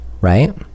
right